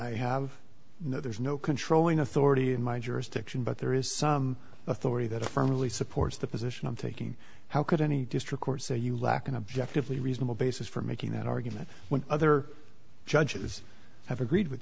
i have no there's no controlling authority in my jurisdiction but there is some authority that firmly supports the position i'm thinking how could any district court so you lack an objective lee reasonable basis for making that argument when other judges have agreed with